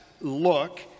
look